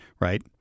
right